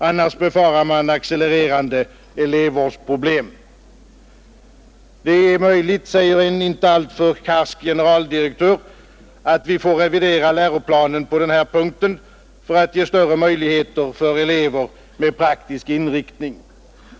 Annars befarar man accelererande elevvårdsproblem. Det är möjligt, säger en inte alltför karsk generaldirektör, att vi får revidera läroplanen på den här punkten för att ge större möjligheter för elever med praktisk inriktning.